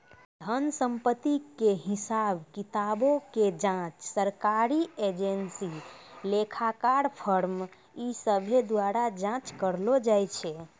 धन संपत्ति के हिसाब किताबो के जांच सरकारी एजेंसी, लेखाकार, फर्म इ सभ्भे द्वारा जांच करलो जाय छै